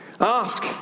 Ask